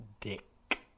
dick